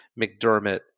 McDermott